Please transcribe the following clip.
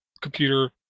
computer